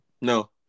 No